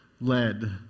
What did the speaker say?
led